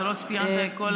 אתה לא ציינת את כל זה.